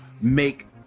make